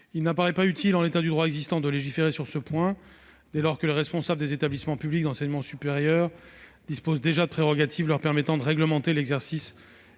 il n'apparaît pas utile de légiférer sur ce point, dès lors que les responsables des établissements publics d'enseignement supérieur disposent déjà des prérogatives leur permettant de réglementer l'exercice